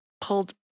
pulled